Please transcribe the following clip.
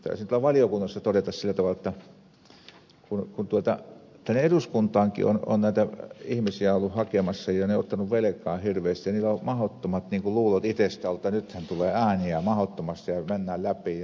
taisin tuolla valiokunnassa todeta sillä tavalla jotta tänne eduskuntaankin on näitä ihmisiä ollut hakemassa ja ovat ottaneet velkaa hirveästi ja on mahdottomat luulot itsestä ollut jotta nythän tulee ääniä mahdottomasti ja mennään läpi ja maksetaan sitten